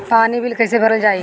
पानी बिल कइसे भरल जाई?